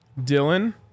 Dylan